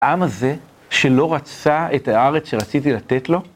העם הזה, שלא רצה את הארץ שרציתי לתת לו?